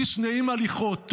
איש נעים הליכות,